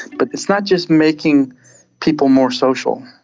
but it's not just making people more social,